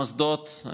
המוסדות,